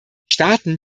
staaten